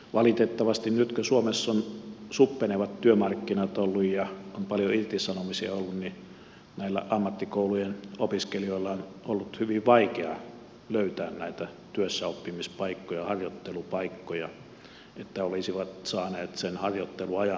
valitettavasti nyt kun suomessa on ollut suppenevat työmarkkinat ja on ollut paljon irtisanomisia näiden ammattikoulujen opiskelijoiden on ollut hyvin vaikea löytää näitä työssäoppimispaikkoja harjoittelupaikkoja että olisivat saaneet sen harjoitteluajan täyteen